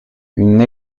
une